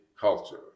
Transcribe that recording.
culture